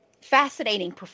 fascinating